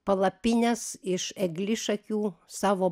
palapines iš eglišakių savo